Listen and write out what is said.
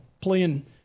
playing